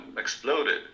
exploded